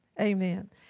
Amen